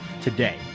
today